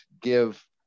give